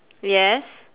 yes